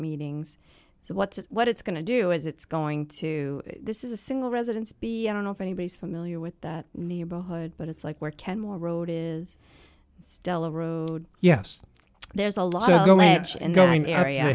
meetings so what's what it's going to do is it's going to this is a single residence b i don't know if anybody's familiar with that neighborhood but it's like where kenmore road is stella road yes there's a lot of